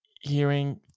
hearing